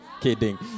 Kidding